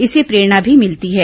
इससे प्रेरणा भी मिलती है